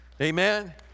Amen